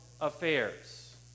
affairs